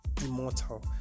immortal